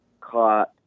caught